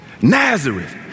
Nazareth